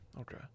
Okay